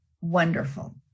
wonderful